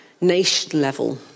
nation-level